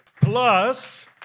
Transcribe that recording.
plus